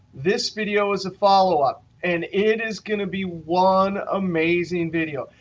this video is a follow up, and it is going to be one amazing video.